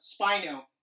spino